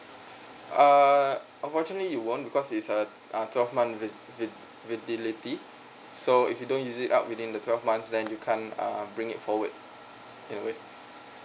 uh unfortunately you won't because it's uh uh twelve months vid~ vid~ validity so if you don't use it up within the twelve months then you can't uh bring it forward in a way